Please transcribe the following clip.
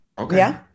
Okay